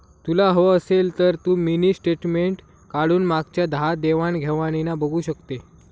तुला हवं असेल तर तू मिनी स्टेटमेंट काढून मागच्या दहा देवाण घेवाणीना बघू शकते